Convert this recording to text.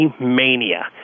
mania